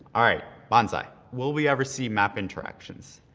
all right, bonzi, will we ever see map interactions?